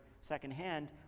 secondhand